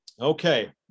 okay